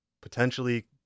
potentially